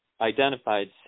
identified